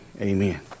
Amen